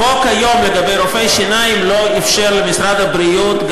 החוק היום לגבי רופאי שיניים לא אפשר למשרד הבריאות,